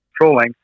trolling